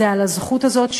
זה על הזכות הזאת,